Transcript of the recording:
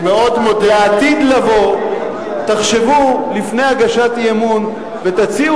בעתיד לבוא תחשבו לפני הגשת אי-אמון ותציעו